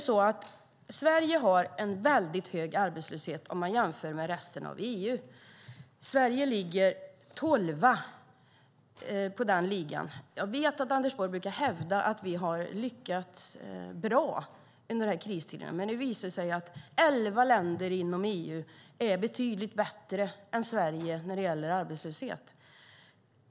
Sverige har en mycket hög arbetslöshet om man jämför med resten av EU. Sverige ligger tolva i den ligan. Jag vet att Anders Borg brukar hävda att vi har lyckats bra under kristiden, men det visar sig att elva länder inom EU är betydligt bättre än Sverige när det gäller arbetslöshet.